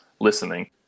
listening